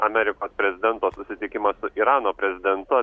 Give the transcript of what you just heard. amerikos prezidento susitikimas su irano prezidentu